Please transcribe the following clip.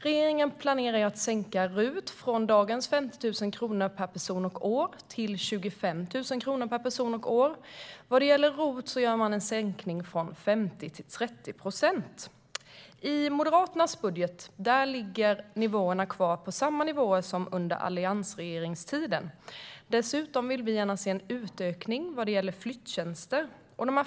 Regeringen planerar att sänka RUT från dagens 50 000 kronor per person och år till 25 000 kronor per person och år. När det gäller ROT gör man en sänkning från 50 till 30 procent. I Moderaternas budget ligger ROT och RUT-avdragen kvar på samma nivåer som under alliansregeringstiden. Dessutom vill vi gärna se en utökning, så att de även omfattar flyttjänster.